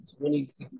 2016